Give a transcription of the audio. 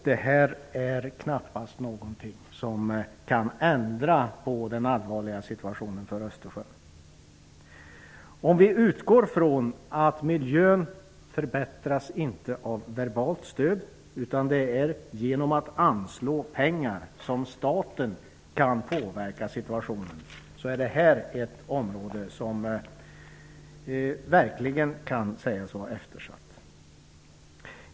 Det är knappast någonting som kan ändra på den allvarliga situationen för Östersjön. Om vi nu utgår från att miljön inte förbättras av verbalt stöd, utan att det är genom att anslå pengar som staten kan påverka situationen, är detta ett område som verkligen kan sägas vara eftersatt.